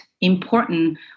important